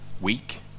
weak